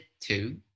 two